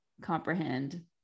comprehend